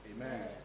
Amen